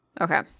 Okay